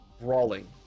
brawling